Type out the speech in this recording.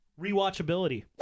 Rewatchability